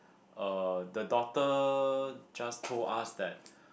uh the doctor just told us that